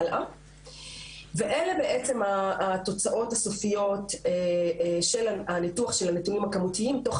ואלה התוצאות הסופיות של הניתוח של הנתונים הכמותיים תוך